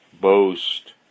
boast